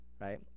right